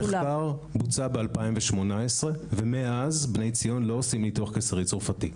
המחקר בוצע ב-2018 ומאז בני ציון לא עושים ניתוח קיסרי צרפתי.